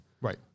Right